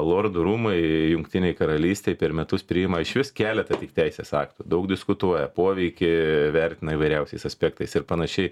lordų rūmai jungtinėj karalystėj per metus priima išvis keletą tik teisės aktų daug diskutuoja poveikį vertina įvairiausiais aspektais ir panašiai